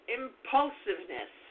impulsiveness